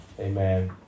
amen